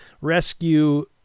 rescue